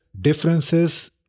differences